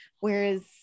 whereas